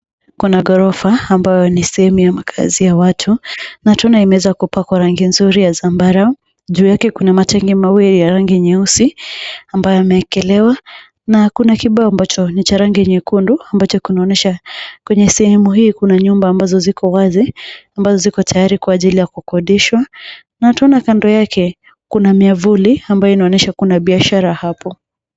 Kuna ghorofa ambayo ni sehemu ya makazi ya watu. Na tunaona imeweza kupakwa rangi nzuri ya zambarau. Juu yake kuna matangi mawili ya rangi nyeusi, ambayo yameekelewa. Na kuna kibao ambacho ni cha rangi nyekundu ambacho kinaonyesha. Kwenye sehemu hii kuna nyumba ambazo ziko wazi, ambazo ziko tayari kwa ajili ya kukodishwa. Na utaona kando yake kuna miavuli ambayo inaonyesha kuna biashara hapo.